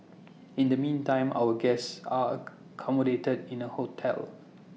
in the meantime our guests are accommodated in A hotel